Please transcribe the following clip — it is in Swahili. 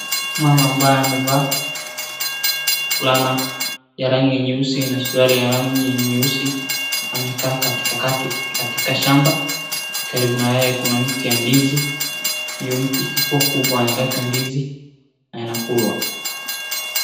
Mama ambaye amevaa fulana ya rangi ya nyeusi na suruali ya rangi nyeusi, amekaa katika kati katika shamba, karibu na yeye kuna mti ya ndizi, hio mti ikikuwa kubwa inaleta ndizi, na inakulwa.